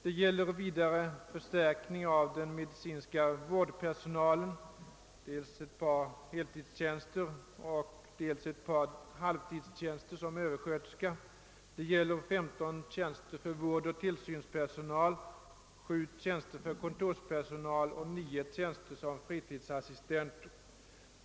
Det gäller vidare förstärkning av den medicinska vårdpersonalen, dels ett par heltidstjänster och dels ett par halvtidstjänster som översköterska. Det gäller 15 tjänster som vårdoch tillsynspersonal, 7 tjänster som kontorspersonal och 9 tjänster som fritidsassistent.